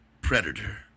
Predator